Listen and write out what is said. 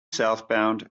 southbound